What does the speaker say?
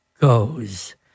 goes